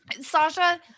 Sasha